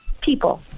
people